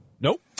Nope